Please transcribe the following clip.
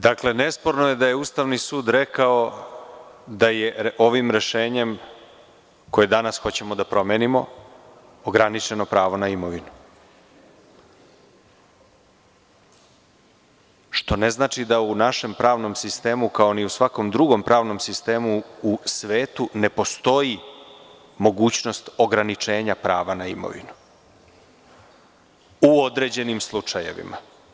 Dakle, nesporno je da je Ustavni sud rekao da je ovim rešenjem koji danas hoćemo da promenimo ograničeno pravo na imovinu, što ne znači da u našem pravnom sistemu, kao ni u svakom drugom pravnom sistemu u svetu, ne postoji mogućnost ograničenja prava na imovinu u određenim slučajevima.